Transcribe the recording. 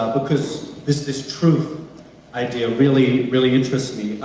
ah because this this truth idea really, really interests me,